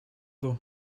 though